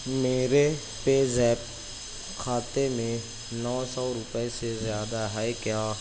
میرے PayZapp کھاتے میں نو سو روپئے سے زیادہ ہے کیا